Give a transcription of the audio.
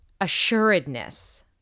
assuredness